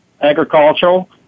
agricultural